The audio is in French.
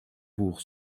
pour